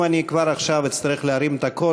אם אני כבר עכשיו אצטרך להרים את הקול,